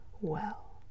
Well